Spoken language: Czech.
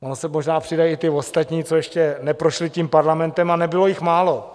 Oni se možná přidají i ti ostatní, co ještě neprošli tím Parlamentem, a nebylo jich málo.